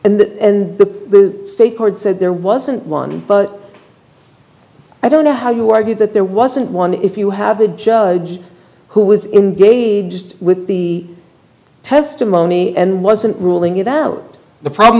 in the state court said there wasn't one but i don't know how you argue that there wasn't one if you have a judge who was engraved with the testimony and wasn't ruling it out the problem